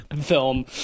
film